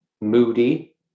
moody